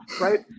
right